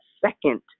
second